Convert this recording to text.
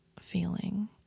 feeling